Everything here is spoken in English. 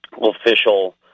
official